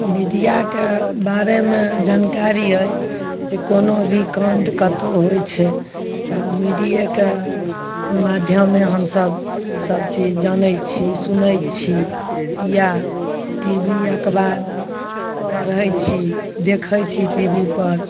मीडियाके बारेमे जनकारी अछि जे कोनो भी काण्ड कत्तौ होइ छै तऽ मीडियेके माध्यमे हमसब सब चीज जानै छी सुनै छी या टी भी अखबार पढ़ै छी देखै छी टी भी पर